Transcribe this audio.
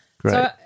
great